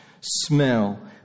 smell